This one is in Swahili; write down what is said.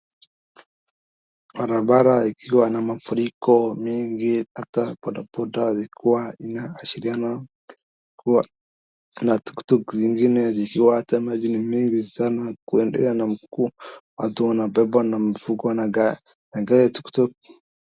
Barabara ikiwa na mafuriko mengi, hata bodaboda zikiwa zinaashiriana. Kua tuktuk zingine zikiwa na maji mengi sana kwenda na watu wana beba na mifuko na gari tuktuk.